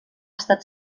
estat